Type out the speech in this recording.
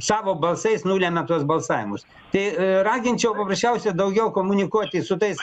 savo balsais nulemia tuos balsavimus tai raginčiau paprasčiausia daugiau komunikuoti su tais